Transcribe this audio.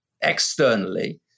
externally